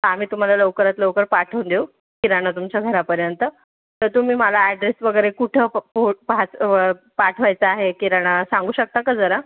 आम्ही तुमाला लवकरात लवकर पाठवून देऊ किराणा तुमच्या घरापर्यंत तर तुम्ही मला ॲड्रेस वगैरे कुठं प पोहोच पाहाच पाठवायचं आहे किराणा सांगू शकता का जरा